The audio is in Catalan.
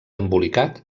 embolicat